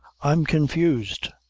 i'm confused.